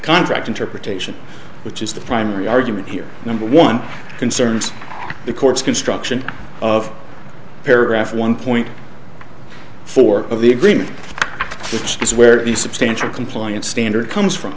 contract interpretation which is the primary argument here number one concerns the courts construction of paragraph one point four of the agreement which is where the substantial compliance standard comes from